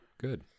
Good